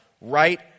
right